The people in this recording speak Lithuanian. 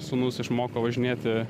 sūnus išmoko važinėti